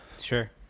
Sure